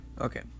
okay